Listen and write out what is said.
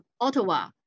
Ottawa